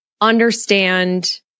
understand